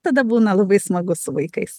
tada būna labai smagu su vaikais